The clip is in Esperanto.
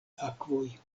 akvoj